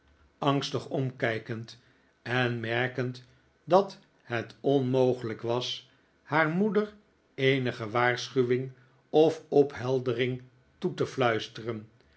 angstig omkijkend en merkend dat het onmogelijk was haar moeder eenige waarschuwing of opheldering toe te fluisteren